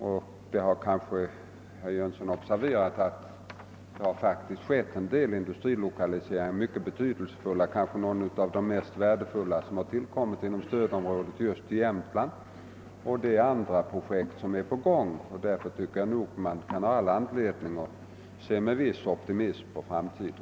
Herr Jönsson har kanske observerat att några av de kanske mest betydelsefulla lokaliseringar som förekommit inom stödområdet har gjorts just i Jämtland. Andra projekt är på gång. Därför tycker jag man har all anledning att se med viss optimism på framtiden.